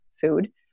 food